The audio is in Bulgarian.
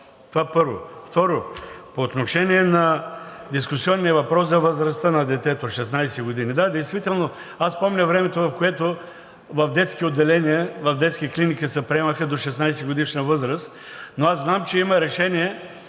Това, първо. Второ, по отношение на дискусионния въпрос за възрастта на детето – 16 години, да, действително аз помня времето, в което в детски клиники, в детски клиники се приемаха до 16-годишна възраст, но аз знам, че има решение